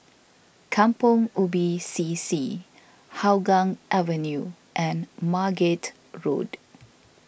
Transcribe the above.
Kampong Ubi C C Hougang Avenue and Margate Road